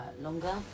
longer